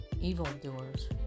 evildoers